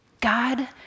God